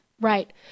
Right